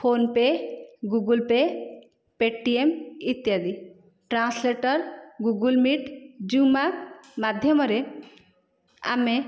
PhonePe Google Pay Paytm ଇତ୍ୟାଦି translator Google Meet Zoom app ମାଧ୍ୟମରେ ଆମେ